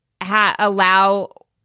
allow